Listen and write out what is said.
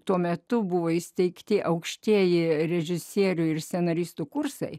tuo metu buvo įsteigti aukštieji režisierių ir scenaristų kursai